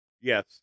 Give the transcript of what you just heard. Yes